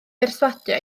berswadio